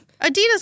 Adidas